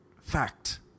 Fact